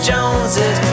Joneses